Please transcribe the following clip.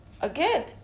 again